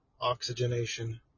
oxygenation